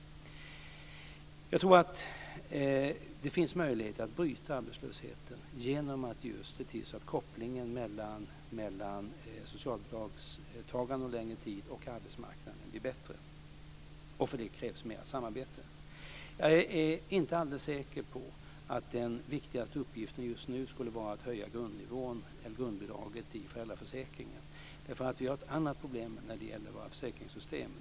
Jag tror att det finns möjligheter att bryta arbetslösheten genom att se till så att kopplingen mellan socialbidragstagande under en längre tid och arbetsmarknaden blir bättre. För det krävs mer samarbete. Jag är inte alldeles säker på att den viktigaste uppgiften just nu är att höja grundbidraget i föräldraförsäkringen. Vi har ett annat problem när det gäller våra försäkringssystem.